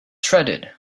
shredded